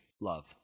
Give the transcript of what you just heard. love